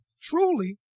truly